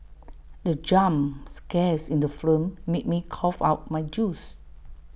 the jump scares in the film made me cough out my juice